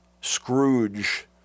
Scrooge